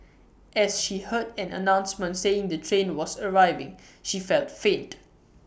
as she heard an announcement saying the train was arriving she felt faint